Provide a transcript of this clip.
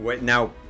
now